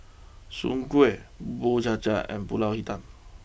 Soon Kway Bubur Cha Cha and Pulut Hitam